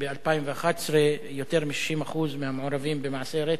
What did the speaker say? ב-2011 יותר מ-60% מהמעורבים במעשי רצח